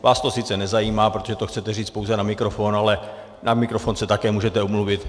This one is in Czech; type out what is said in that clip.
Vás to sice nezajímá, protože to chcete říct pouze na mikrofon, ale na mikrofon se také můžete omluvit.